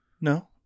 No